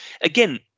Again